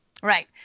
Right